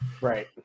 Right